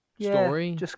Story